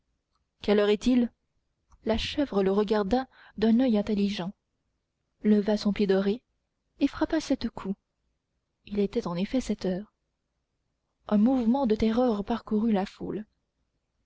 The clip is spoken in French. quelle heure est-il la chèvre le regarda d'un oeil intelligent leva son pied doré et frappa sept coups il était en effet sept heures un mouvement de terreur parcourut la foule